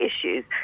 issues